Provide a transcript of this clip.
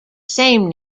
same